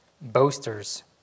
boasters